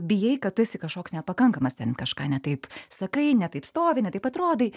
bijai kad tu esi kažkoks nepakankamas ten kažką ne taip sakai ne taip stovi ne taip atrodai